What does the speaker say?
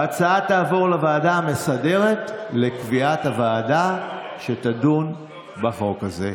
ההצעה תעבור לוועדה המסדרת לקביעת הוועדה שתדון בחוק הזה.